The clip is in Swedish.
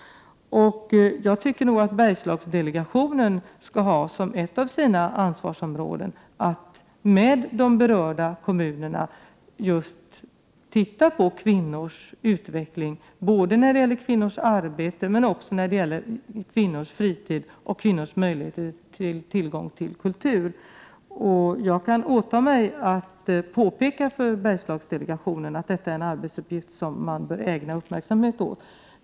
Jag tycker nog att Bergslagsdelegationen skall ha som ett av sina ansvarsområden att med de berörda kommunerna se just på kvinnors utveckling — kvinnors arbete, kvinnors fritid och kvinnors möjligheter att få tillgång till kultur. Jag kan åta mig att påpeka för Bergslagsdelegationen att detta är en arbetsuppgift som man bör ägna uppmärksamhet.